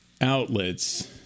outlets